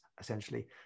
essentially